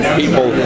people